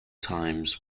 times